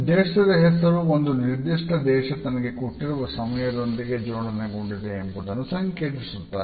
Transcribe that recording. ದೇಶದ ಹೆಸರು ಆ ಒಂದು ನಿರ್ದಿಷ್ಟ ದೇಶ ತನಗೆ ಕೊಟ್ಟಿರುವ ಸಮಯದೊಂದಿಗೆ ಜೋಡಣೆಗೊಂಡಿದೆ ಎಂಬುದನ್ನು ಸಂಕೇತಿಸುತ್ತದೆ